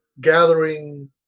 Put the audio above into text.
gathering